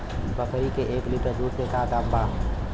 बकरी के एक लीटर दूध के का दाम बा?